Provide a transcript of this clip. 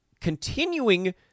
continuing